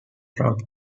trump